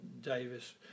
Davis